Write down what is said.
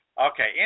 Okay